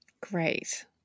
great